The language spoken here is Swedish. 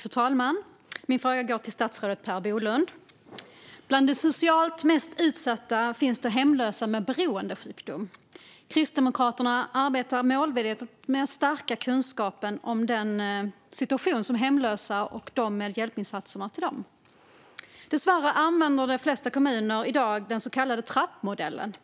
Fru talman! Min fråga går till statsrådet Per Bolund. Bland de socialt mest utsatta finns det hemlösa med beroendesjukdom. Kristdemokraterna arbetar målmedvetet med att stärka kunskapen om situationen för hemlösa och hjälpinsatserna för dem. Dessvärre använder de flesta kommuner i dag den så kallade trappmodellen,